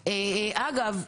אגב,